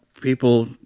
People